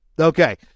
Okay